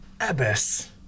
Abbas